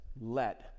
let